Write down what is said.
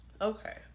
Okay